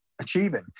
achieving